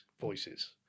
voices